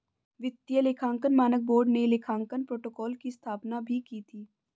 वित्तीय लेखांकन मानक बोर्ड ने लेखांकन प्रोटोकॉल की स्थापना भी की थी